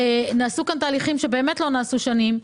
שנעשו כאן תהליכים שלא נעשו במשך שנים.